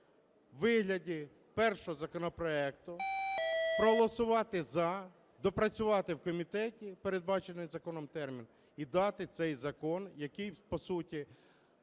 вигляді першого законопроекту, проголосувати "за", доопрацювати в комітеті в передбачений законом термін і дати цей закон, який, по суті,